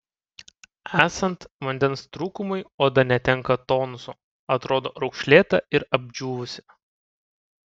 esant vandens trūkumui oda netenka tonuso atrodo raukšlėta ir apdžiūvusi